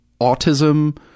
autism